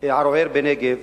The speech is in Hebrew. ערוער בנגב,